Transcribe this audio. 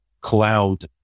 cloud